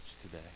today